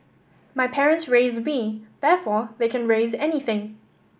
my parents raised me therefore they can raise anything